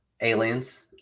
Aliens